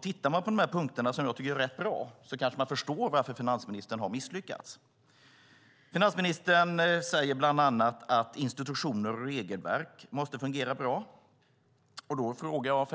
Tittar man på dessa punkter, som är rätt bra, kanske man förstår varför finansministern har misslyckats. Finansministern säger bland annat att institutioner och regelverk måste fungera bra. Då frågar jag: